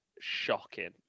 shocking